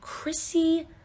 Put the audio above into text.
Chrissy